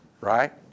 right